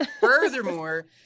furthermore